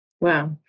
Wow